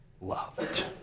loved